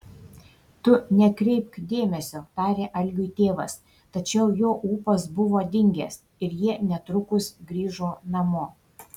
tu nekreipk dėmesio tarė algiui tėvas tačiau jo ūpas buvo dingęs ir jie netrukus grįžo namo